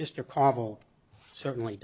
mr covell certainly